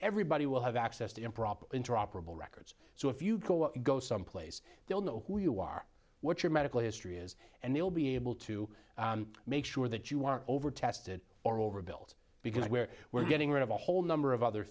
everybody will have access to improper interoperable records so if you go go someplace they'll know who you are what your medical history is and they'll be able to make sure that you are over tested or overbuilt because where we're getting rid of a whole number of other